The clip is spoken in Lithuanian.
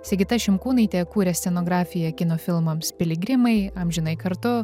sigita šimkūnaitė kūrė scenografiją kino filmams piligrimai amžinai kartu